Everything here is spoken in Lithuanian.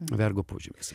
vergo požymis